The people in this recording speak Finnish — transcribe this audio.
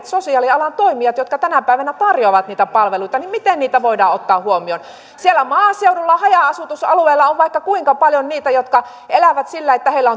sosiaalialan toimijoita jotka tänä päivänä tarjoavat niitä palveluita voidaan ottaa huomioon siellä maaseudulla haja asutusalueilla on vaikka kuinka paljon niitä jotka elävät sillä että heillä